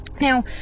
Now